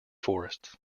forests